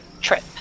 trip